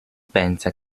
pensa